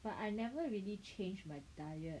but I never really changed my diet